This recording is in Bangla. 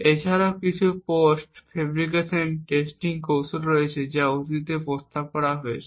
এছাড়াও কিছু পোস্ট ফেব্রিকেশন টেস্টিং কৌশল রয়েছে যা অতীতে প্রস্তাব করা হয়েছে